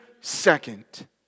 second